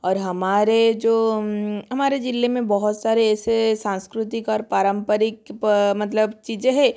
और हमारे जो हमारे जिले में बहुत सारे ऐसे सांकृतिक और पारंपरिक पा मतलब चीज़ें हैं